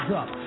up